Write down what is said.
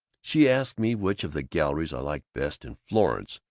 she asked me which of the galleries i liked best in florence.